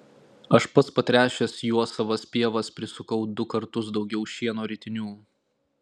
aš pats patręšęs juo savas pievas prisukau du kartus daugiau šieno ritinių